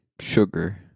Sugar